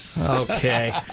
Okay